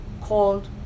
called